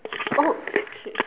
oh shit